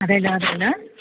അതേലോ ആരാണ്